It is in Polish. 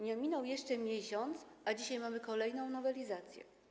Nie minął jeszcze miesiąc, a dzisiaj mamy kolejną nowelizację.